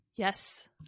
Yes